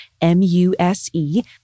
M-U-S-E